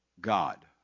God